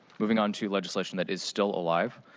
moving on to legislation that is still alive,